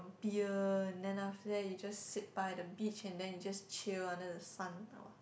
beer and then after that you just sit by the beach and then you just chill under the sun